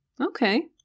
okay